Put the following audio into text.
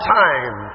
time